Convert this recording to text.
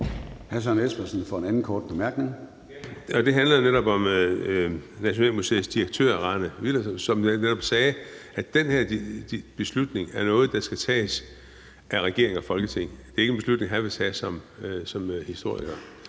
10:23 Søren Espersen (DD): Det handler jo netop om Nationalmuseets direktør, Rane Willerslev, som sagde, at den her beslutning er en, der skal tages af regeringen og Folketinget. Det er ikke en beslutning, han vil tage som historiker.